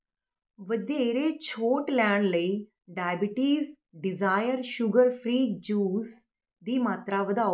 ਵਧੇਰੇ ਛੋਟ ਲੈਣ ਲਈ diabetes desire sugar free juice ਦੀ ਮਾਤਰਾ ਵਧਾਓ